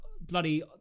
bloody